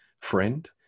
friend